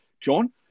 John